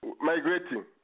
Migrating